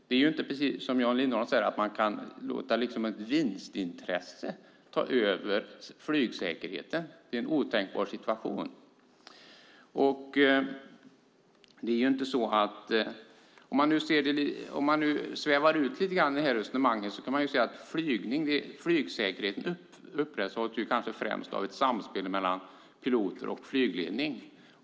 Det är inte som Jan Lindholm säger att man kan låta ett vinstintresse ta över flygsäkerheten. Det är en otänkbar situation. Om man nu svävar ut lite i detta resonemang kan man säga att flygsäkerheten kanske främst upprätthålls genom ett samspel mellan piloter och flygledning.